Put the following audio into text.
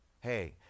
hey